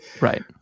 right